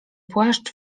płaszcz